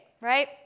right